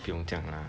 不用这样 lah